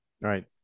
right